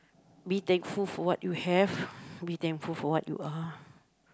be thankful for what you have be thankful for what you are